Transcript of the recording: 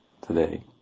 today